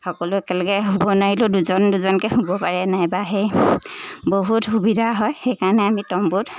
সকলো একেলগে শুব নোৱাৰিলেও দুজন দুজনকৈ শুব পাৰে নাইবা সেই বহুত সুবিধা হয় সেইকাৰণে আমি তম্বুত